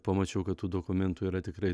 pamačiau kad tų dokumentų yra tikrai